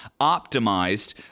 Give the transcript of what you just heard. optimized